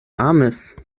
amis